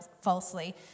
falsely